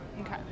Okay